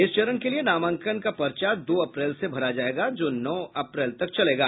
इस चरण के लिए नामांकन पर्चा दो अप्रैल से भरा जाएगा जो नौ अप्रैल तक चलेगा